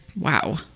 wow